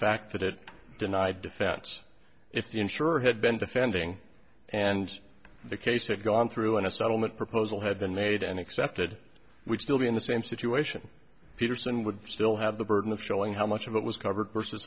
fact that it denied defects if the insurer had been defending and the case had gone through in a settlement proposal had been made and accepted would still be in the same situation peterson would still have the burden of showing how much of it was covered versus